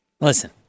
Listen